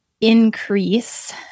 increase